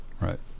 Right